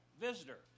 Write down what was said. visitor